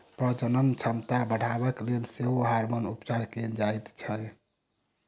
प्रजनन क्षमता बढ़यबाक लेल सेहो हार्मोन उपचार कयल जाइत छै